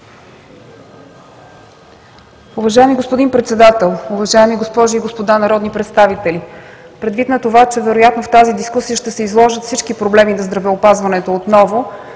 Уважаеми господин Председател, уважаеми госпожи и господа народни представители! Предвид на това, че вероятно в тази дискусия ще се изложат всички проблеми на здравеопазването отново,